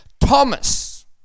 Thomas